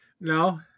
No